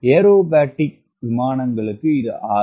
aerobatic விமானங்களுக்கு இது 6